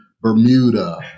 Bermuda